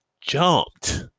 jumped